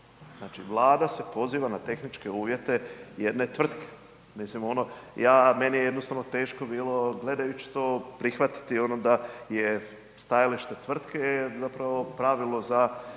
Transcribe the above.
Znači Vlada se poziva na tehničke uvjete jedne tvrtke. Mislim ono, ja, meni je jednostavno teško bilo gledajući to prihvatiti ono da je stajalište tvrtke zapravo